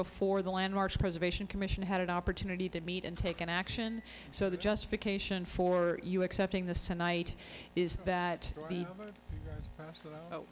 before the landmark preservation commission had an opportunity to meet and taken action so the justification for you accepting this tonight is that o